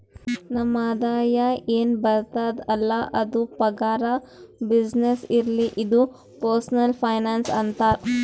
ನಮ್ ಆದಾಯ ಎನ್ ಬರ್ತುದ್ ಅಲ್ಲ ಅದು ಪಗಾರ, ಬಿಸಿನ್ನೆಸ್ನೇ ಇರ್ಲಿ ಅದು ಪರ್ಸನಲ್ ಫೈನಾನ್ಸ್ ಅಂತಾರ್